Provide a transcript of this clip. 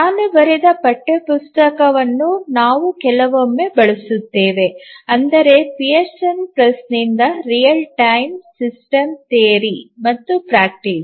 ನಾನು ಬರೆದ ಪಠ್ಯಪುಸ್ತಕವನ್ನು ನಾವು ಕೆಲವೊಮ್ಮೆ ಬಳಸುತ್ತೇವೆ ಅಂದರೆ ಪಿಯರ್ಸನ್ ಪ್ರೆಸ್ನಿಂದ ರಿಯಲ್ ಟೈಮ್ ಸಿಸ್ಟಮ್ಸ್ ಥಿಯರಿ ಮತ್ತು ಪ್ರಾಕ್ಟೀಸ್